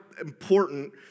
important